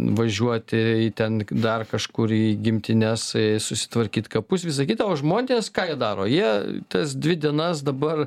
važiuoti ten dar kažkur į gimtines susitvarkyt kapus visa kita o žmonės ką daro jie tas dvi dienas dabar